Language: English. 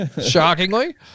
shockingly